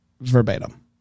verbatim